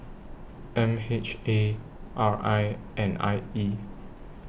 M H A R I and I E